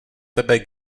tebe